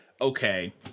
okay